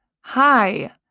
Hi